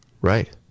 Right